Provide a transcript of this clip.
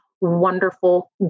wonderful